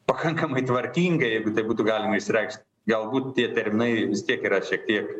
pakankamai tvarkingai jeigu taip būtų galima išsireikšt galbūt tie terminai vis tiek yra šiek tiek